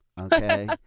okay